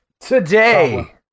Today